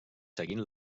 seguint